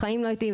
בחיים לא הייתי,